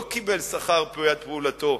לא קיבל שכר בעד פעולתו,